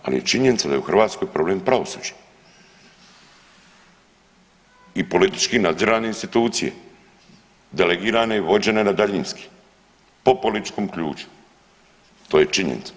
Ali je činjenica da je u Hrvatskoj problem pravosuđe i politički nadzirane institucije delegirane i vođene na daljinski po političkom ključu to je činjenica.